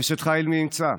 אשת חיל מי ימצא: